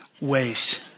ways